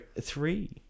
three